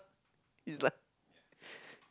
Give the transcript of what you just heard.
it's like